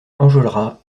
enjolras